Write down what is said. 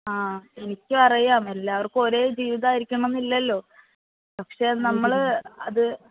ആ എനിക്ക് അറിയാം എല്ലാവർക്കും ഒരേ ജീവിതമാ യിരിക്കണം എന്നില്ലല്ലോ പക്ഷെ അത് നമ്മള് അത്